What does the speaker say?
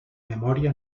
memòria